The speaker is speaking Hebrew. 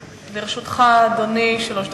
לרשותך, אדוני, שלוש דקות.